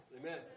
Amen